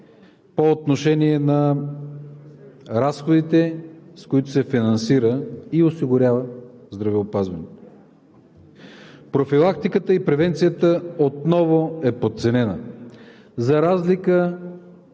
по отношение на разходите, с които се финансира и осигурява здравеопазването. Профилактиката и превенцията отново е подценена, за разлика